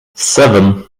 seven